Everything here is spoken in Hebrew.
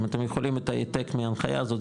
אם אתם יכולים את ההעתק מההנחיה הזאת,